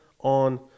on